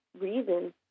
reason